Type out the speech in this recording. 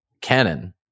canon